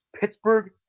Pittsburgh